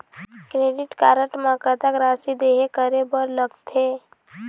Credit card म कतक राशि देहे करे बर लगथे?